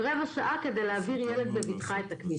רבע שעה כדי להעביר ילד בבטחה את הכביש.